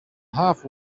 half